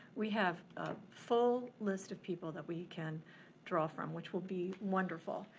we have a full list of people that we can draw from, which will be wonderful.